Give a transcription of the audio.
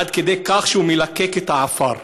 עד כדי כך שהוא מלקק את העפר.